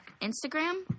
Instagram